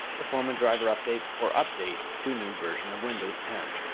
perform a driver update or update to new version of windows ten.